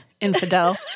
Infidel